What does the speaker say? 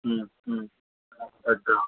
अच्छा